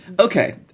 Okay